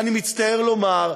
אני מצטער לומר,